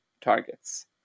targets